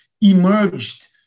emerged